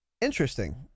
Interesting